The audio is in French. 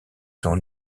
sont